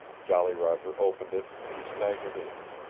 jolly roger opened it and staggered in.